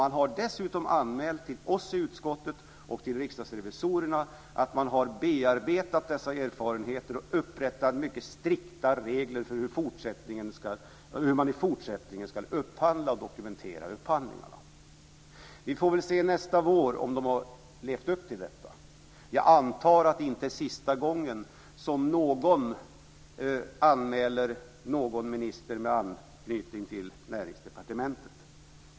Man har dessutom anmält till oss i utskottet och till riksdagsrevisorerna att man har bearbetat dessa erfarenheter och upprättat mycket strikta regler för hur man i fortsättningen ska upphandla och dokumentera upphandlingarna. Vi får väl se nästa vår om man har levt upp till detta. Jag antar att det inte är sista gången som någon anmäler någon minister med anknytning till Näringsdepartementet.